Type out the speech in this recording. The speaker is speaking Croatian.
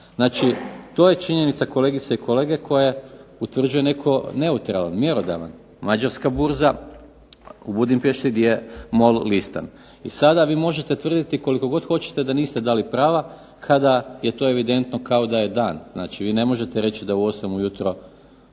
prava. To je činjenica kolegice i kolege koje utvrđuje netko neutralan, mjerodavan, Mađarska burza u Budimpešti gdje je MOL listan. I sada vi možete tvrditi koliko god hoćete da niste dali prava kada je to evidentno kao da je dan, vi ne možete reći da u 8 ujutro